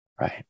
Right